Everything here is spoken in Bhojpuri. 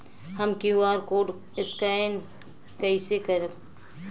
हम क्यू.आर कोड स्कैन कइसे करब?